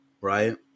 right